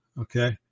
Okay